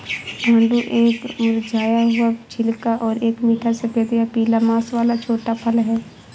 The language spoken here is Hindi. आड़ू एक मुरझाया हुआ छिलका और एक मीठा सफेद या पीला मांस वाला छोटा फल है